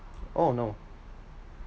oh no